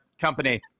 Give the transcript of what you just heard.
company